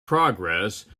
progress